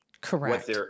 Correct